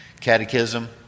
catechism